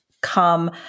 come